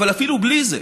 אבל אפילו בלי זה,